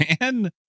man